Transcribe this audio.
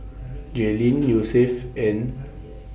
Jaelyn Yosef and